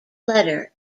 letter